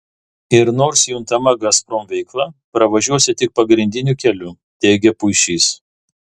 ir nors juntama gazprom veikla pravažiuosi tik pagrindiniu keliu teigė puišys